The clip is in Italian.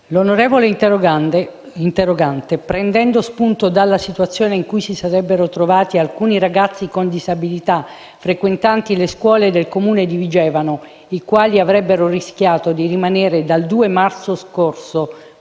l'onorevole interrogante, prendendo spunto dalla situazione in cui si sarebbero trovati alcuni ragazzi con disabilità frequentanti le scuole del Comune di Vigevano, i quali avrebbero rischiato di rimanere dal 2 marzo scorso